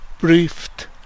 briefed